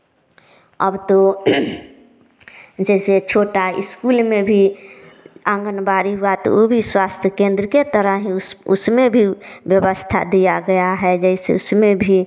अब तो जैसे छोटा इस्कूल में भी आंगनबाड़ी हुआ तो वह भी स्वास्थ्य केंद्र के तरह हीं उस उसमें भी व्यवस्था दिया गया है जैसे उसमें भी